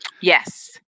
Yes